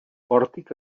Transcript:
pòrtic